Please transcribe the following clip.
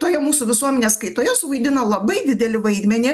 toje mūsų visuomenės kaitoje suvaidino labai didelį vaidmenį